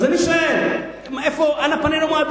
יש שם 60. אז אני שואל: אנה פנינו מועדות?